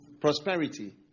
Prosperity